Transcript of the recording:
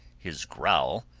his growl,